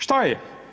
Šta je?